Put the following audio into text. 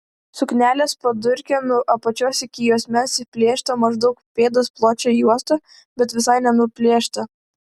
suknelės padurke nuo apačios iki juosmens įplėšta maždaug pėdos pločio juosta bet visai nenuplėšta